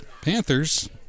Panthers